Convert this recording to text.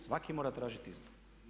Svaki mora tražiti isto.